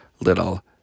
little